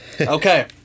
Okay